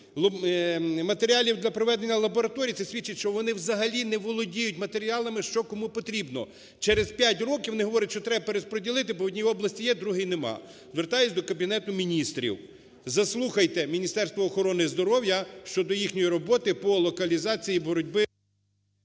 матеріалів для проведення лабораторій, це свідчить, що вони взагалі не володіють матеріалами що кому потрібно. Через п'ять років вони говорять, що треба перерозприділити, бо в одній області є, в другій нема. Звертаюся до Кабінету Міністрів. Заслухайте Міністерство охорони здоров'я щодо їхньої роботи по локалізації боротьби…